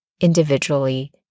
individually